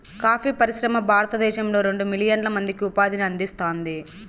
coffee పరిశ్రమ భారతదేశంలో రెండు మిలియన్ల మందికి ఉపాధిని అందిస్తాంది